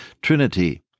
Trinity